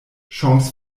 chance